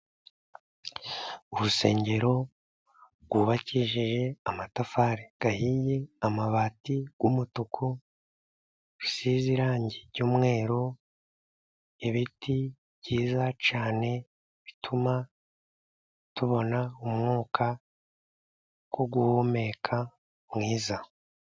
Urusengero rwubakishije amatafari ahiye, amabati y'umutuku, rusize irangi ry'umweru, ibiti byiza cyane bituma tubona umwuka wo guhumeka mwiza.